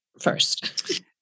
first